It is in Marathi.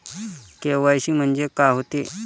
के.वाय.सी म्हंनजे का होते?